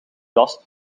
last